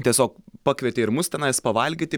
tiesiog pakvietė ir mus tenais pavalgyti